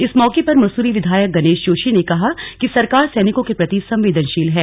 इस मौके पर मसूरी विधायक गणेश जोशी ने कहा कि सरकार सैनिकों के प्रति संवेदनशील हैं